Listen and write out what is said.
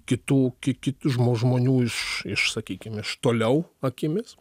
kitų ki kit žmo žmonių iš iš sakykim iš toliau akimis